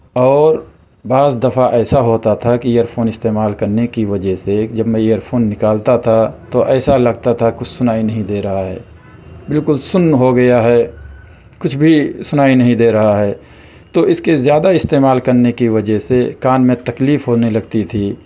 اور بعض دفعہ ایسا ہوتا تھا کہ ایئر فون استعمال کرنے کی وجہ سے کہ جب میں ایئر فون نکالتا تھا تو تو ایسا لگتا تھا کچھ سُنائی نہیں دے رہا ہے بالکل سُن ہو گیا ہے کچھ بھی سُنائی نہیں دے رہا ہے تو اِس کے زیادہ استعمال کرنے کی وجہ سے کان میں تکلیف ہونے لگتی تھی